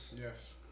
yes